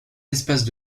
espaces